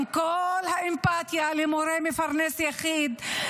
עם כל האמפתיה למורה מפרנס יחיד,